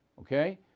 Okay